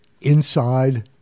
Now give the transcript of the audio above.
inside